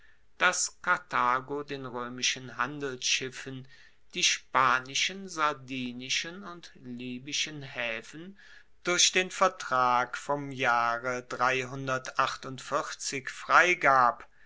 dass karthago den roemischen handelsschiffen die spanischen sardinischen und libyschen haefen durch den vertrag vom jahre freigab